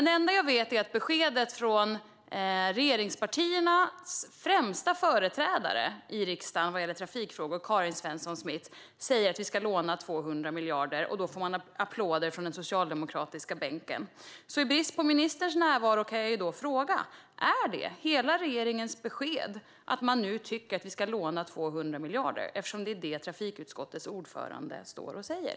Det enda jag vet är att regeringspartiernas främsta företrädare i riksdagen vad gäller trafikfrågor, Karin Svensson Smith, ger beskedet att vi ska låna 200 miljarder och får applåder från den socialdemokratiska bänken. I brist på ministerns närvaro får jag fråga: Är det hela regeringens besked att man nu tycker att vi ska låna 200 miljarder, eftersom det är det trafikutskottets ordförande står och säger?